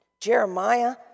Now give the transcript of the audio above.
Jeremiah